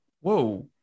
Whoa